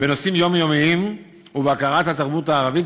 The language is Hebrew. בנושאים יומיומיים ובהכרת התרבות הערבית,